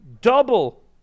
double